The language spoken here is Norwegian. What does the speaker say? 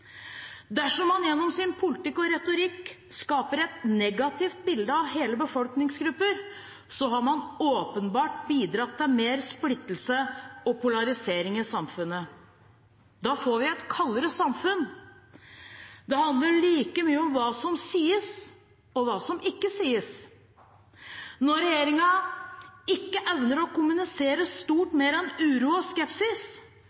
Dersom man gjennom sin politikk og retorikk skaper et negativt bilde av hele befolkningsgrupper, har man åpenbart bidratt til mer splittelse og polarisering i samfunnet. Da får vi et kaldere samfunn. Det handler like mye om hva som sies, og hva som ikke sies. Når regjeringen ikke evner å kommunisere stort